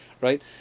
right